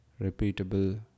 repeatable